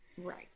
Right